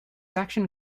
action